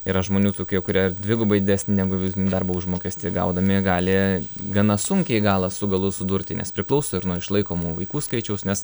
yra žmonių tokie kurie ir dvigubai didesnį negu vidutinį darbo užmokestį gaudami gali gana sunkiai galą su galu sudurti nes priklauso ir nuo išlaikomų vaikų skaičiaus nes